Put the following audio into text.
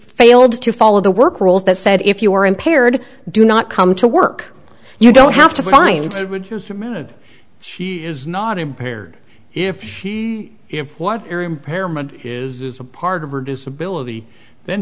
failed to follow the work rules that said if you are impaired do not come to work you don't have to find it would just a minute she is not impaired if she if what area impairment is a part of her disability then